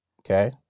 Okay